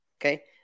Okay